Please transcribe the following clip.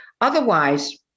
Otherwise